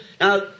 Now